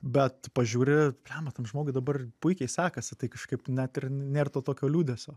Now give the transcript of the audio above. bet pažiūri blemba tam žmogui dabar puikiai sekasi tai kažkaip net ir nėr to tokio liūdesio